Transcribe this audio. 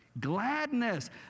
Gladness